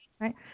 right